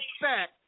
back